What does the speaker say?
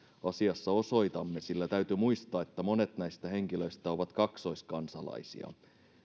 asiassa osoitamme sillä kuitenkin täytyy muistaa että monet näistä henkilöistä ovat kaksoiskansalaisia